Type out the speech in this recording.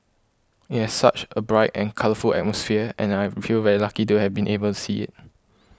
it has such a bright and colourful atmosphere and I feel very lucky to have been able to see it